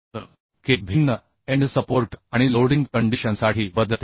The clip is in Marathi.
तर K भिन्न एंड सपोर्ट आणि लोडिंग कंडिशनसाठी बदलते